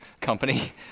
company